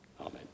Amen